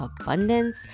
abundance